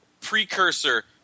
precursor